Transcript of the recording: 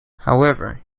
however